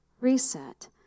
reset